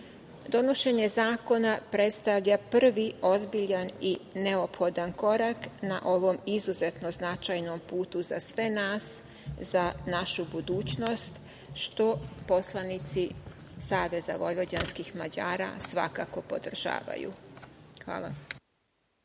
istim. Donošenje zakona predstavlja prvi ozbiljan i neophodan korak na ovom izuzetno značajnom putu za sve nas, za našu budućnost, što poslanici Saveza vojvođanskih Mađara svakako podržavaju. Hvala.